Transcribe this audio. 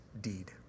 deed